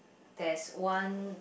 there's one